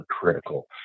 critical